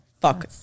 Fuck